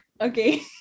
Okay